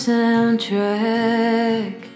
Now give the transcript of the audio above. Soundtrack